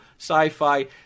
Sci-Fi